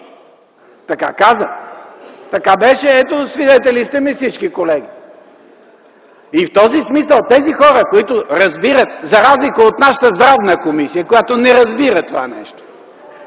Така каза, така беше, свидетели са ми всички колеги. Това са хора, които разбират, за разлика от нашата Здравна комисия, която не разбира това нещо.